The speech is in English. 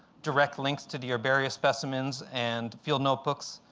direct links to the herbarium specimens and field notebooks.